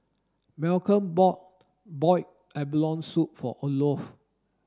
Malcolm bought boiled abalone soup for Olof